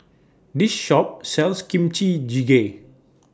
This Shop sells Kimchi Jjigae